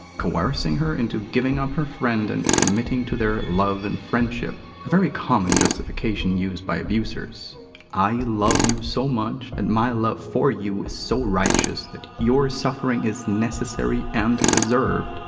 coercing her into giving up her friend and committing to their love and friendship a very common justification used by abusers i love you so much and my love with you is so righteous that your suffering is necessary and deserved,